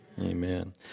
Amen